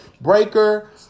Breaker